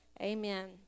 amen